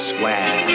Square